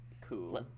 cool